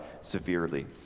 severely